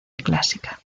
clásica